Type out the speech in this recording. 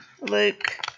Luke